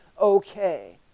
okay